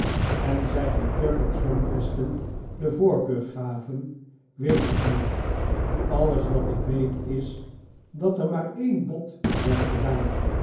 en zij aan kurken zwemvesten de voorkeur gaven weet ik niet alles wat ik weet is dat er maar een bod werd gedaan